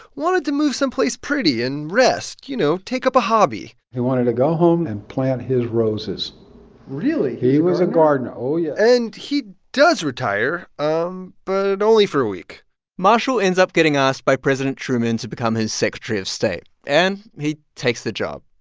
wanted to move someplace pretty and rest, you know, take up a hobby he wanted to go home and plant his roses really? he was a gardener. oh, yes yeah and he does retire, um but only for a week marshall ends up getting asked by president truman to become his secretary of state. and he takes the job,